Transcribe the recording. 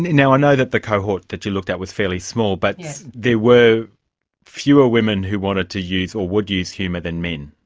now, i know that the cohort that you looked at was fairly small, but there were fewer women who wanted to use or would use humour than men.